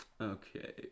Okay